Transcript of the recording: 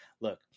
look